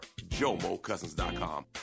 JomoCousins.com